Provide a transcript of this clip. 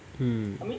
hmm